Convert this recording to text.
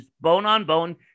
bone-on-bone